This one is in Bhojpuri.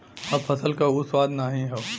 अब फसल क उ स्वाद नाही हौ